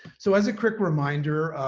so as a quick reminder,